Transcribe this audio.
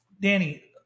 Danny